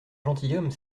gentilhomme